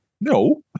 No